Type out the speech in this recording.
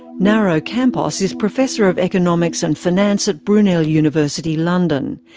nauro campos is professor of economics and finance at brunel university london.